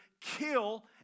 kill